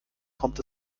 kommt